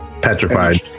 Petrified